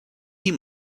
him